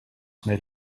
made